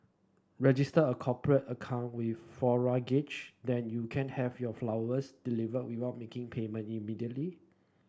register a cooperate account with Floral Garage then you can have your flowers delivered without making payment immediately